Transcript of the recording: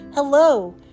Hello